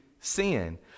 sin